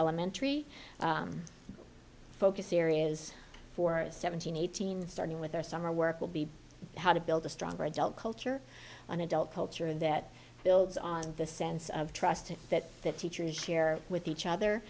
elementary focus areas for a seventeen eighteen starting with their summer work will be how to build a stronger adult culture on adult culture and that builds on the sense of trust that the teachers share with each other